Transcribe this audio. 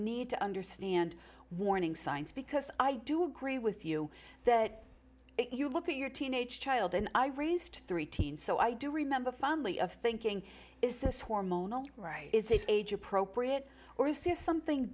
need to understand warning signs because i do agree with you that you look at your teenage child and i raised three teens so i do remember fondly of thinking is this hormonal right is it age appropriate or is this something